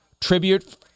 tribute